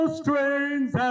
strains